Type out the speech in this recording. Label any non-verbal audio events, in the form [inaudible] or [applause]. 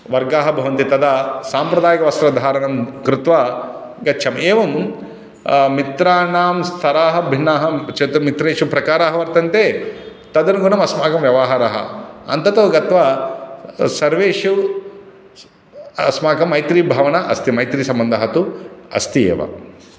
वर्गाः भवन्ति तदा साम्प्रदायिकवस्त्रधारणं कृत्वा गच्छामि एवं मित्राणां स्तराः भिन्नाः [unintelligible] चतुर् मित्रेषु प्रकाराः वर्तन्ते तदनुगुणम् अस्माकं व्यवहारः अन्ततो गत्वा सर्वेषु अस्माकं मैत्रिभावना अस्ति मैत्रिसम्बन्धः तु अस्ति एव